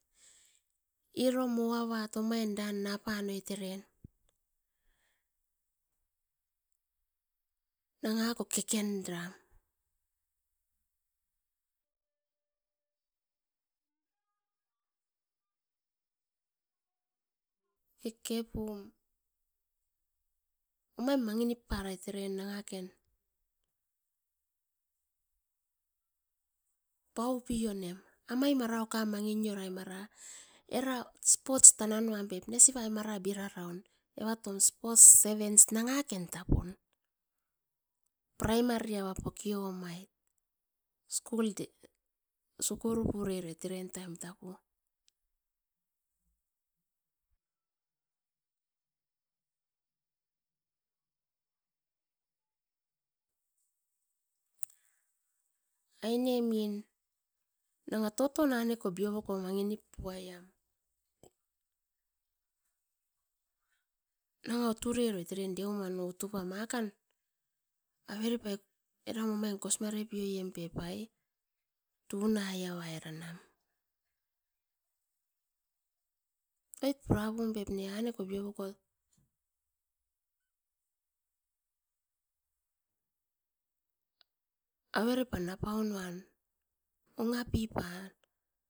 Iro moavat napanoit eren nangako kekendram kekepum, omain manginiparait nangaken. Paupionem amai mara ukam manginiorai mare era sports tananuam pep nesivai mara biraraun, evatom sports sevens nangaken tapun. Primary ava pokiomait School sukuriperoit eren taim tapu, ainemin nanga toton aneko biovoko mangi nip uaiam, no utureroit er deuman utupam akan, averepai eram uruan kosimarepiaiempep ai tunaiavairan, oit purapum pep avokot biovokot averepan napaunuan ongapiparam.